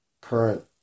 current